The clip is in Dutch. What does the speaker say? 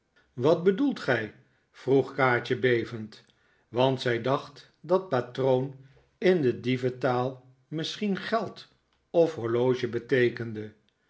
wat bedoelt gij vroeg kaatje bevend want zij dacht dat patroon in de dieventaal misschien geld of horloge beteekende